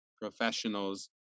professionals